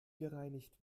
gereinigt